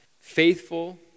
faithful